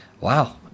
wow